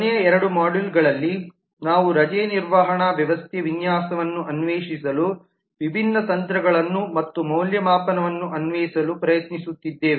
ಕೊನೆಯ ಎರಡು ಮಾಡ್ಯೂಲ್ಗಳಲ್ಲಿ ನಾವು ರಜೆ ನಿರ್ವಹಣಾ ವ್ಯವಸ್ಥೆ ವಿನ್ಯಾಸವನ್ನು ಅನ್ವೇಷಿಸಲು ವಿಭಿನ್ನ ತಂತ್ರಗಳನ್ನು ಮತ್ತು ಮೌಲ್ಯಮಾಪನವನ್ನು ಅನ್ವಯಿಸಲು ಪ್ರಯತ್ನಿಸುತ್ತಿದ್ದೇವೆ